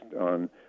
on